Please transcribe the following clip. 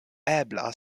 ebla